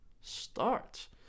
start